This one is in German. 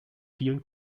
vielen